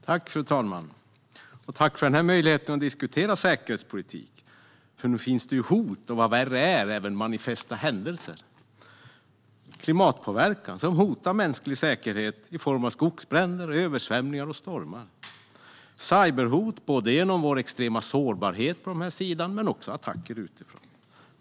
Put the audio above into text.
Fru talman! Tack för denna möjlighet att få diskutera säkerhetspolitik! För nog finns det hot, och vad som värre är även manifesta händelser. Jag talar om klimatpåverkan som hotar mänsklig säkerhet i form av skogsbränder, översvämningar och stormar, liksom cyberhot både genom vår sårbarhet och genom attacker utifrån.